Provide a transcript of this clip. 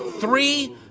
three